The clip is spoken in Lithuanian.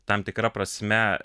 tam tikra prasme